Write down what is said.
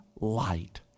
light